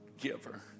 giver